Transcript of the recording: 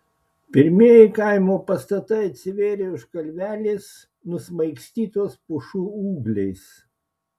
pirmieji kaimo pastatai atsivėrė už kalvelės nusmaigstytos pušų ūgliais